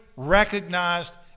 recognized